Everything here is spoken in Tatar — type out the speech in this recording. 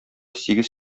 сигез